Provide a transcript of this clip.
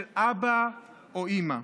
של אבא או אימא.